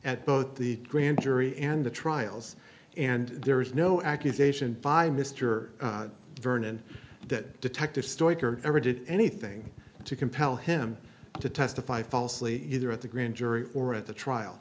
at both the grand jury and the trials and there is no accusation by mr vernon that detective story ever did anything to compel him to testify falsely either at the grand jury or at the trial